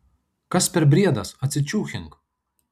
kas per briedas atsičiūchink